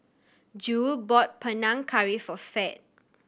Jule bought Panang Curry for Fed